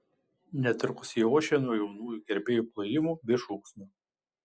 netrukus ji ošė nuo jaunųjų gerbėjų plojimų bei šūksnių